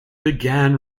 began